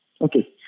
Okay